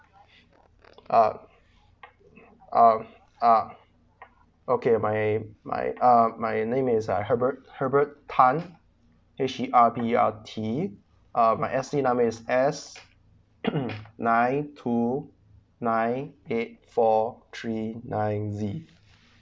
uh um uh okay my my uh my name is uh herbert herbert tan H_E_R_B_E_R_T uh my I_C number is S nine two nine eight four three nine Z